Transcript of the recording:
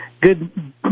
good